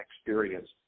experience